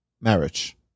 marriage